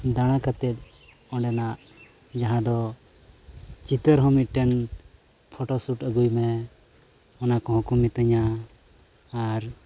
ᱫᱟᱬᱟ ᱠᱟᱛᱮᱫ ᱚᱸᱰᱮᱱᱟᱜ ᱡᱟᱦᱟᱸ ᱫᱚ ᱪᱤᱛᱟᱹᱨ ᱦᱚᱸ ᱢᱤᱫᱴᱮᱱ ᱯᱷᱳᱴᱳᱥᱩᱴ ᱟᱹᱜᱩᱭ ᱢᱮ ᱚᱱᱟ ᱠᱚᱦᱚᱸ ᱠᱚ ᱢᱤᱛᱟᱹᱧᱟ ᱟᱨ